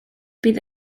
bydd